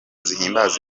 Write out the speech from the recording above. zihimbaza